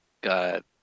Got